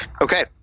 Okay